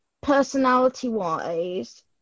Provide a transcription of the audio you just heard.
personality-wise